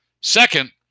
Second